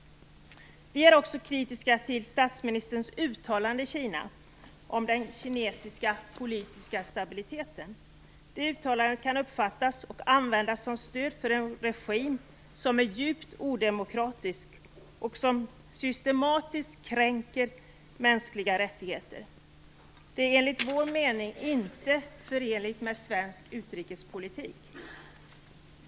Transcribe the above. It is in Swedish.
Vi är också kritiska till statsministerns uttalande i Kina om den kinesiska politiska stabiliteten. Det uttalandet kan uppfattas och användas som stöd för en regim som är djupt odemokratisk och som systematiskt kränker mänskliga rättigheter. Det är enligt vår mening inte förenligt med svensk utrikespolitik.